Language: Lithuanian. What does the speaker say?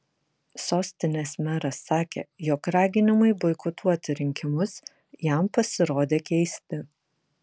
sostinės meras sakė jog raginimai boikotuoti rinkimus jam pasirodė keisti